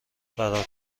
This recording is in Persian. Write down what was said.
فرار